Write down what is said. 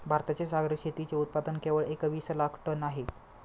भारताचे सागरी शेतीचे उत्पादन केवळ एकवीस लाख टन आहे